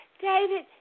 David